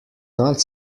not